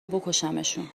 بکشمشون